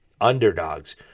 Underdogs